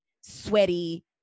sweaty